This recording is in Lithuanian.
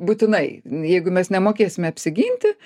būtinai jeigu mes nemokėsime apsiginti